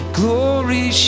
glory